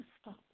stop